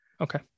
Okay